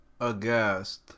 aghast